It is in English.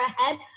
ahead